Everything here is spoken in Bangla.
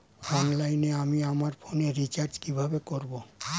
অনলাইনে আমি আমার ফোনে রিচার্জ কিভাবে করব?